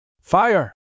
fire